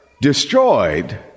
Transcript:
destroyed